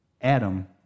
Adam